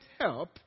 help